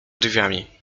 drzwiami